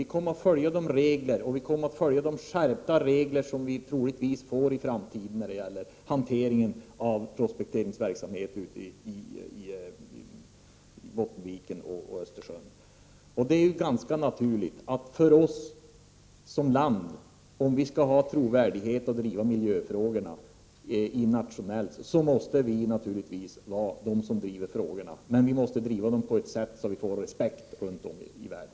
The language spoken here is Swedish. Vi kommer att följa Hel singforskonventionen och de skärpta regler som vi troligen kommer att få i framtiden när det gäller hanteringen av prospekteringsverksamhet i Bottenviken och Östersjön. Om Sverige som land skall kunna bli trovärdigt och driva miljöfrågorna internationellt, måste vi naturligtvis driva dem på ett sådant sätt att vi får respekt runt om i världen.